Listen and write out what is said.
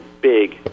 big